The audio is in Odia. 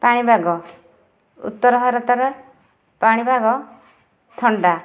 ପାଣିପାଗ ଉତ୍ତର ଭାରତର ପାଣିପାଗ ଥଣ୍ଡା